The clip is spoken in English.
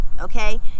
Okay